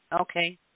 Okay